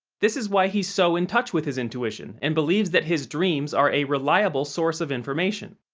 this is why he's so in touch with his intuition and believes that his dreams are a reliable source of information.